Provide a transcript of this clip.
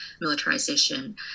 militarization